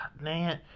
man